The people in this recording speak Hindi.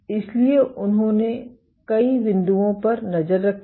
इसलिए उन्होंने कई बिंदुओं पर नज़र रखी